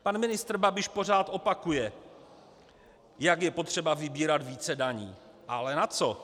Pan ministr Babiš pořád opakuje, jak je potřeba vybírat více daní, ale na co?